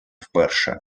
вперше